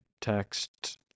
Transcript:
text